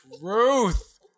truth